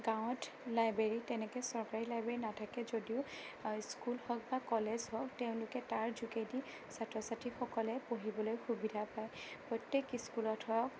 গাওঁত লাইব্ৰেৰী তেনেকৈ চৰকাৰী লাইব্ৰেৰী নাথাকে যদিও স্কুল হওঁক বা কলেজ হওঁক তেওঁলোকে তাৰ যোগেদি ছাত্ৰ ছাত্ৰীসকলে পঢ়িবলৈ সুবিধা পায় প্ৰত্যেক স্কুলত হওঁক